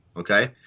Okay